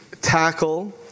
tackle